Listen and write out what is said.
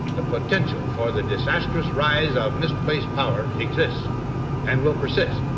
the potential for the disastrous rise of misplaced power exists and will persist.